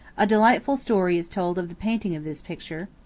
a delightful story is told of the painting of this picture.